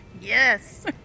Yes